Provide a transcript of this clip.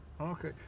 Okay